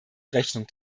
rechnung